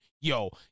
yo